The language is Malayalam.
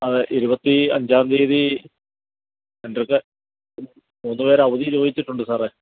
അതെ ഇരുപത്തി അഞ്ചാം തീയതി എൻറ്റടുക്കെ മൂന്ന് പേർ അവധി ചോദിച്ചിട്ടുണ്ട് സാറേ